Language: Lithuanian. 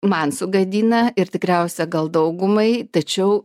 man sugadina ir tikriausia gal daugumai tačiau